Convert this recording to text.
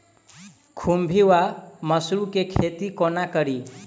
खुम्भी वा मसरू केँ खेती कोना कड़ी?